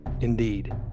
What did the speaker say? Indeed